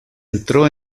entró